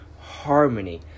harmony